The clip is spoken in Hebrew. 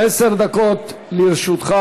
עשר דקות לרשותך,